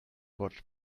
watch